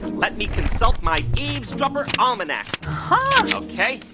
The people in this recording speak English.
let me consult my eavesdropper almanac huh? ok,